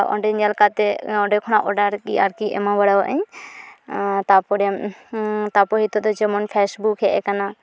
ᱚᱸᱰᱮ ᱧᱮᱞ ᱠᱟᱛᱮ ᱚᱸᱰᱮ ᱠᱷᱚᱱᱟᱜ ᱚᱰᱟᱨ ᱜᱤ ᱟᱨᱠᱤ ᱮᱢᱟ ᱵᱟᱲᱟᱣᱟᱜᱼᱟᱹᱧ ᱛᱟᱯᱚᱨᱮ ᱦᱤᱛᱚᱜ ᱫᱚ ᱡᱮᱢᱚᱱ ᱯᱷᱮᱥᱵᱩᱠ ᱦᱮᱡ ᱟᱠᱟᱱᱟ